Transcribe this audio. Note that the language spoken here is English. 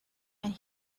and